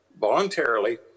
voluntarily